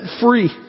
free